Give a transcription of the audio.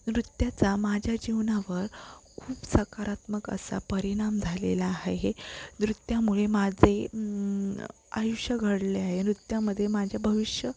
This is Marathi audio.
नृत्याचा माझ्या जीवनावर खूप सकारात्मक असा परिणाम झालेला आहे नृत्यामुळे माझे आयुष्य घडले आहे नृत्यामध्ये माझ्या भविष्य